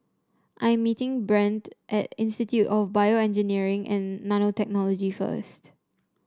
I am meeting Brent at Institute of BioEngineering and Nanotechnology first